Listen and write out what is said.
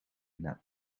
nap